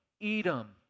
Edom